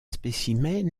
spécimens